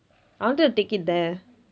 I wanted to take it there